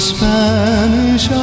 Spanish